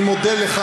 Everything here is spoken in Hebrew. אני מודה לך.